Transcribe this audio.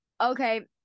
okay